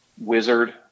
wizard